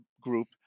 group